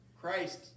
Christ